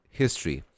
history